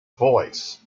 voice